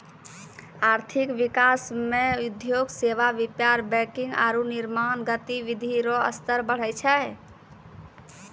आर्थिक विकास मे उद्योग सेवा व्यापार बैंकिंग आरू निर्माण गतिविधि रो स्तर बढ़ै छै